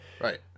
Right